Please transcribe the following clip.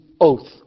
oath